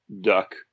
duck